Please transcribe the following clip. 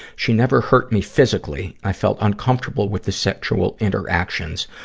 she never hurt me physically. i felt uncomfortable with the sexual interactions,